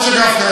משה גפני,